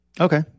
okay